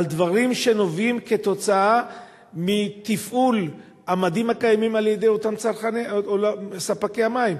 על דברים שנובעים מתפעול המדים הקיימים על-ידי אותם ספקי מים.